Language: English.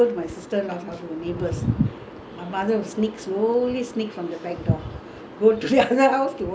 go to the other house to watch T_V that time tamil படம்:padam thursday friday only ah then my father-in-law will like